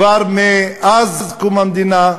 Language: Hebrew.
כבר מאז קום המדינה,